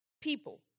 people